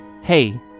hey